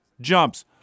jumps